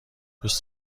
دوست